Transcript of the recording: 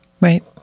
Right